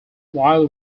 while